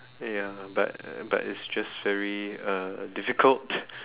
ya but but it's just very uh difficult